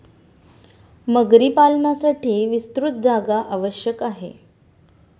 मगरी पालनासाठी विस्तृत जागा आवश्यक आहे